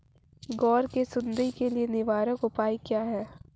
ग्वार की सुंडी के लिए निवारक उपाय क्या है?